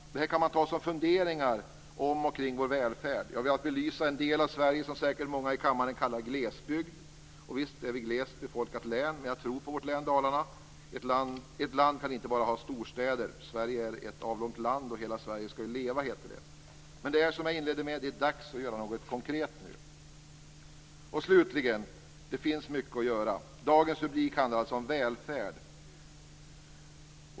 Det här kan man ta som funderingar om och kring vår välfärd. Jag har velat belysa en del av Sverige som säkert många i kammaren kallar glesbygd. Och visst är det ett glest befolkat län, men jag tror på vårt län, Dalarna. Ett land kan inte bara ha storstäder. Sverige är ett avlångt land, och hela Sverige skall ju leva heter det. Men det är, som jag sade i inledningen, dags att göra något konkret nu. Slutligen: Det finns mycket att göra. Dagens rubrik handlar alltså om välfärd.